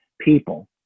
people